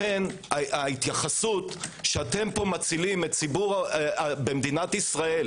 לכן ההתייחסות שאתם פה מצילים במדינת ישראל